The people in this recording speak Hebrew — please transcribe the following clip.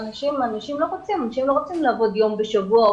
אנשים לא רוצים לעבוד יום בשבוע או